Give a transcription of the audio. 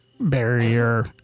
Barrier